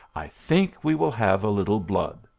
i think we will have a little blood!